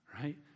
right